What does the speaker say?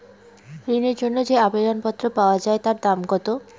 ঋণের জন্য যে আবেদন পত্র পাওয়া য়ায় তার দাম কত?